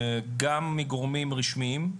גם מגורמים רשמיים,